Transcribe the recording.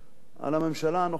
על הממשלה הנוכחית,